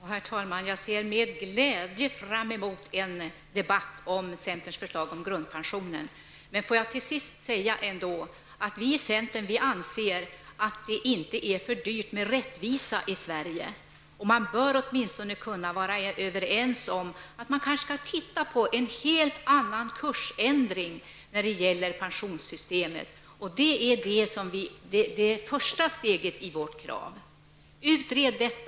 Herr talman! Jag ser med glädje fram emot en debatt om centerns förslag om grundpension. Låt mig ändå till sist säga, att vi i centern inte anser att det är för dyrt med rättvisa i Sverige. Vi bör åtminstone kunna vara överens om att vi kanske borde se på möjligheten till en kursändring när det gäller pensionssystemet. Detta är det första steget i vårt krav. Utred detta!